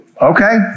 Okay